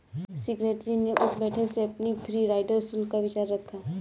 Slattery ने उस बैठक में अपने फ्री राइडर शुल्क का विचार रखा